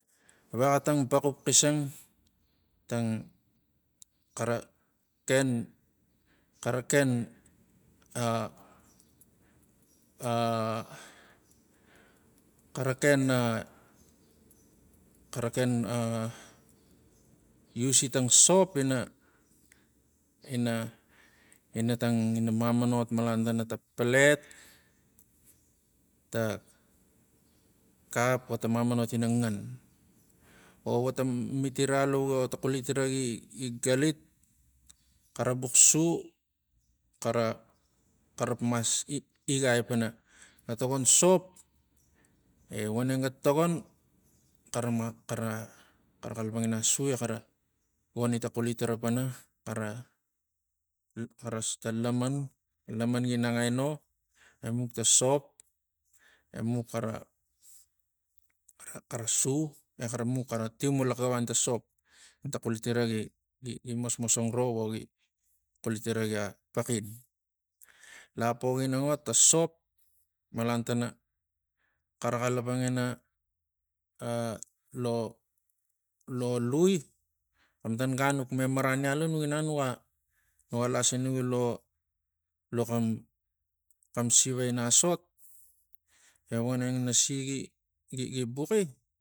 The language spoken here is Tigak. Vexa tang baxup xisang tang xara ken- xara ken a- a xara ken a- xara ken a usi tang sop ina- ina- ina tangina mamanot malan tana ta palet ta kap vo ta mamanot ina ngan o ro ta mitira alu vota xulitira gi- gi galit xara bux su xara xara mas igai pana ga tagon sop? E voneng ga tagon xara ma xara xara xara ta laman laman gi nang aino emuk ta sop emuk xara xara xara su emuk xara tiu mulax xi gavani ta sop ina ta xulitira gi- gi- gi musmusung ro vogi xulitira gia paxik. Lapovok ina ngot ta sop malan tanaxara xalapangina a- a lo- lo lui xematan gan nuk me marani alu nuk inang nuga nuga lasinugi lo- lo xam sia ina a sot e voneng nasi gi- gi buxi